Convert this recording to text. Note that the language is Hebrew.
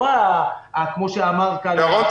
לא כמו שאמר כאן --- ירון,